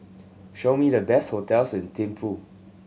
show me the best hotels in Thimphu